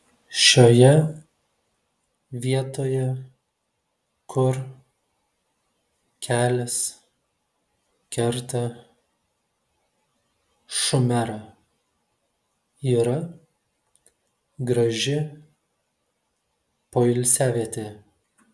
šioje vietoje kur kelias kerta šumerą yra graži poilsiavietė